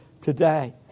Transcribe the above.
today